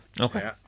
Okay